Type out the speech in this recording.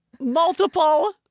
multiple